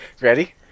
ready